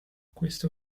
questo